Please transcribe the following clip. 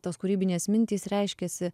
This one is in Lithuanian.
tos kūrybinės mintys reiškiasi